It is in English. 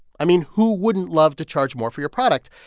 i mean, who wouldn't love to charge more for your product?